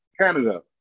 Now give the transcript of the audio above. Canada